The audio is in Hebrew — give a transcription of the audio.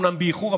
אומנם באיחור,